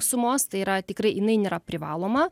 sumos tai yra tikrai jinai nėra privaloma